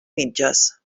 mitges